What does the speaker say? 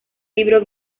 libro